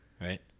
right